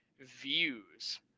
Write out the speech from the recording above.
views